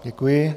Děkuji.